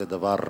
זה דבר עצוב,